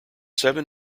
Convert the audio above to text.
seven